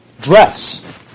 Dress